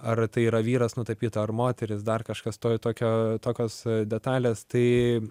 ar tai yra vyras nutapyta ar moteris dar kažkas to tokio tokios detalės tai